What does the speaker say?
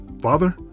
Father